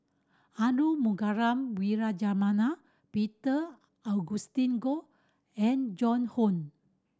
Arumugam Vijiaratnam Peter Augustine Goh and Joan Hon